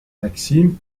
maxime